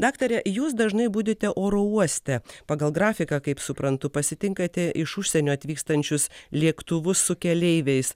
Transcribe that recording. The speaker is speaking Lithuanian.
daktare jūs dažnai budite oro uoste pagal grafiką kaip suprantu pasitinkate iš užsienio atvykstančius lėktuvus su keleiviais